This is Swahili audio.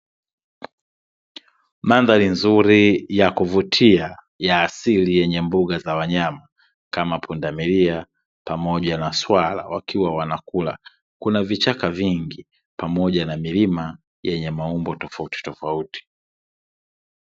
Mandhari nzuri ya kuvutia ya asili; yenye mbuga za wanyama kama pundamilia, pamoja na swala wakiwa wanakula. Kuna vichaka vingi pamoja na milima yenye maumbo tofautitofauti.